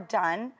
done